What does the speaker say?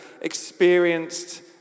experienced